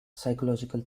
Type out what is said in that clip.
psychological